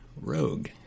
Rogue